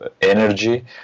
energy